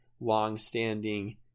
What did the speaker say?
long-standing